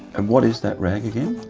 and what is that rag again?